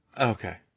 Okay